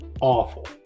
Awful